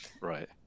right